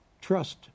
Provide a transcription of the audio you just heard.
trust